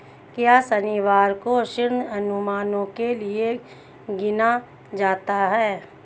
क्या शनिवार को ऋण अनुमानों के लिए गिना जाता है?